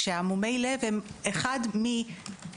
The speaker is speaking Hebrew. כשמומי הלב הם אחד מהם.